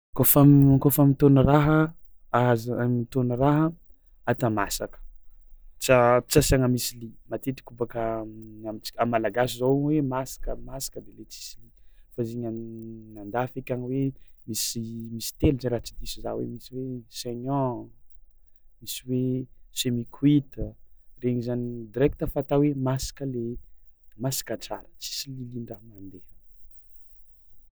Kaofa m- kaofa mitôna raha aza n- mitôna raha ata masaka tsy a- tsy asiagna misy lia, matetiky boaka amin- amintsika am'malagasy zao hoe masaka masaka de tsisy lia fa izy igny an- an-dafy akagny hoe misy misy telo zay raha tsy diso za hoe misy hoe saignant, misy hoe semi-cuite regny zany direkta fatao hoe masaka le masaka tsara tsisy lialian-draha mandeha.